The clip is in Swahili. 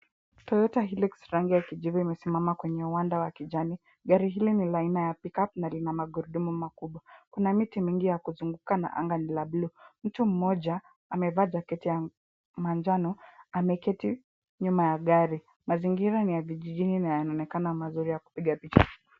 Toyota hilux rangi ya kijivu imesimama kwenye uwanda wa kijani, gari hili ni la aina ya pickup na lina magurudumu makubwa. Kuna miti mingi ya kuzunguka na anga ni la buluu. Mtu mmoja amevaa jaketi ya manjano ameketi nyuma ya gari. Mazingira ni ya vijijini na yanaonekana mazuri ya kupiga picha.